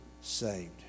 saved